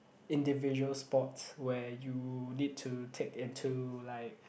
individual sports where you need to take into like